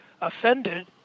offended